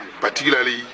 particularly